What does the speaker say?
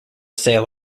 sale